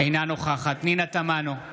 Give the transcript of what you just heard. אינה נוכחת פנינה תמנו,